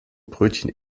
brötchen